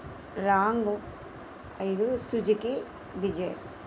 range ఐదు Suzuki Dzire